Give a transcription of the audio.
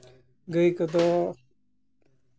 ᱜᱟᱹᱭ ᱠᱚᱫᱚ